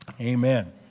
Amen